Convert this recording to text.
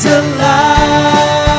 alive